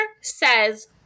says